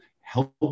help